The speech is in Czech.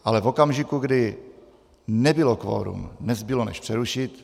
Ale v okamžiku, kdy nebylo kvorum, nezbylo než přerušit.